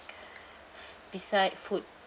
beside food